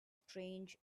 strange